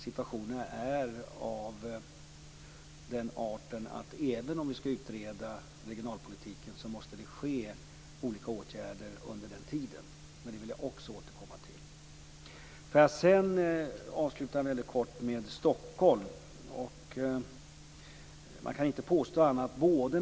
Situationen är av den art att även om regionalpolitiken skall utredas måste det vidtas olika åtgärder under tiden. Men detta vill jag också återkomma till. Sedan vill jag avsluta med några ord om Stockholm.